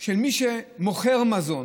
של מי שמוכר מזון